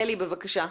ילי בבקשה.